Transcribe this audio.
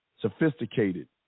sophisticated